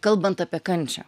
kalbant apie kančią